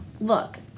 look